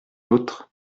autre